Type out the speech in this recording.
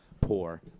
poor